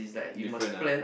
different ah